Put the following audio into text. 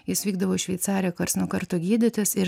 jis vykdavo į šveicariją karts nuo karto gydytis ir